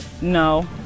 No